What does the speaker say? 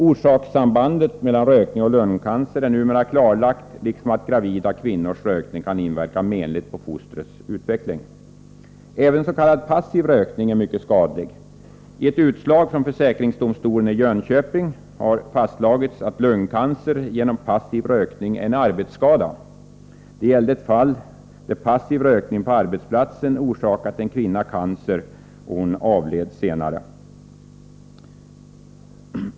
Orsakssambandet mellan rökning och lungcancer är numera klarlagt, liksom att gravida kvinnors rökning kan inverka menligt på fostrets utveckling. Även s.k. passiv rökning är mycket skadlig. I ett utslag från försäkringsdomstolen i Jönköping har fastslagits att lungcancer genom passiv rökning är en arbetsskada. Det gällde ett fall där passiv rökning på arbetsplatsen orsakat en kvinna cancer, och hon avled senare.